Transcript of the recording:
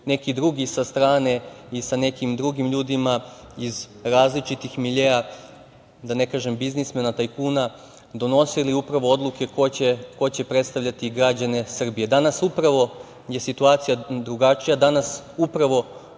neki drugi sa strane i sa nekim drugim ljudima iz različitih miljea, da ne kažem biznismena, tajkuna, donosili upravo odluke ko će predstavljati građane Srbije. Danas je situacija drugačija. Danas su upravo